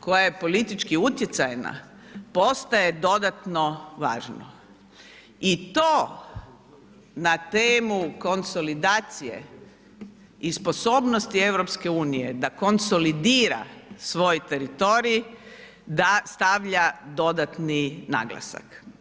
koja je politički utjecajna, postaje dodatno važno i to na temu konsolidacije i sposobnosti EU-a da konsolidira svoj teritorij, da stavlja dodatni naglasak.